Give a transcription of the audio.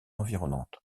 environnante